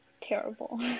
terrible